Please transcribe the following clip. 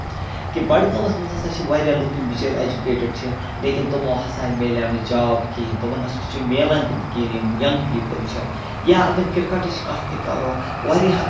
کہِ بڈگامَس مَنٛز ہَسا چھِ واریاہ لُکھ یِم بِچٲرۍ ایٚجُوکیٹِڑ چھِ لیکِن تِمو ہَسا مِلیو نہٕ جاب کِہیٖنۍ تِمن نہ چھِ مِلان تہِ کِہیٖنۍ یِم یَنگ پیٖپٕل چھِ یا اَگر کِرکَٹٕچ کَتھ تہِ کَرو واریاہ